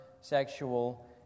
sexual